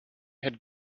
had